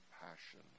passion